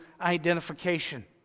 identification